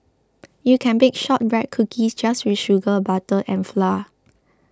you can bake Shortbread Cookies just with sugar butter and flour